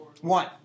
one